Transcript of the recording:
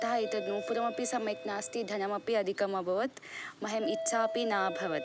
अतः एतद् नूपुरम् अपि सम्यक् नास्ति धनम् अपि अधिकम् अभवत् मह्यम् इच्छा अपि न अभवत्